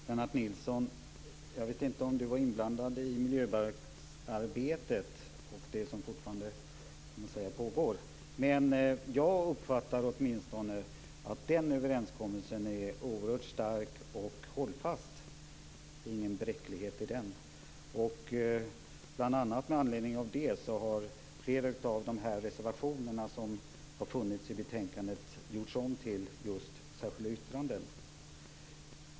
Herr talman! Jag vet inte om Lennart Nilsson har varit inblandad i miljöbalksarbetet, som fortfarande pågår, men jag har åtminstone uppfattat att den överenskommelsen är oerhört stark och hållfast. Det är ingen bräcklighet i den. Med anledning av bl.a. det har flera av de reservationer som fanns till betänkandet gjorts om till särskilda yttranden.